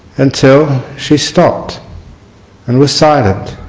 until she stopped and was silent